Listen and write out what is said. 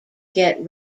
get